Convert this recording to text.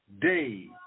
day